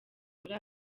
muri